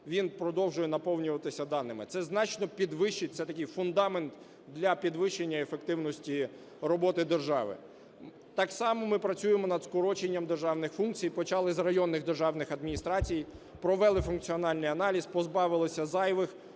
Він продовжує наповнюватися даними. Це значно підвищить, це такий фундамент для підвищення ефективності роботи держави. Так само ми працюємо над скороченням державних функцій. Почали з районних державних адміністрацій, провели функціональний аналіз, позбавилися зайвих.